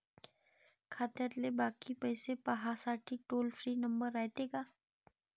खात्यातले बाकी पैसे पाहासाठी टोल फ्री नंबर रायते का?